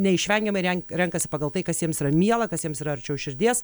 neišvengiamai ren renkasi pagal tai kas jiems yra miela kas jiems yra arčiau širdies